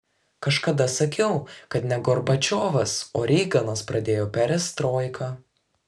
kažkada sakiau kad ne gorbačiovas o reiganas pradėjo perestroiką